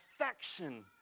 affection